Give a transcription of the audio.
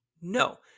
no